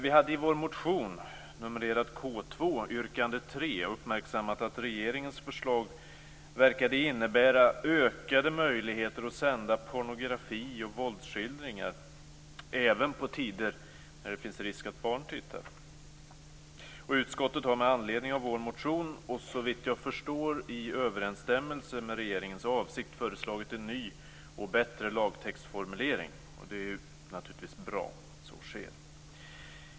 I yrkande 3 i vår motion K2 uppmärksammade vi att regeringens förslag verkade innebära ökade möjligheter att sända pornografi och våldsskildringar även på tider när det finns risk att barn tittar. Utskottet har med anledning av vår motion och, såvitt jag förstår, i överensstämmelse med regeringens avsikt föreslagit en ny och bättre lagtextsformulering. Det är naturligtvis bra att så sker.